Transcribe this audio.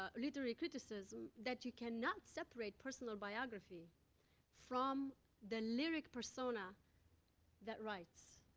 ah literary criticism that you cannot separate personal biography from the lyric persona that writes.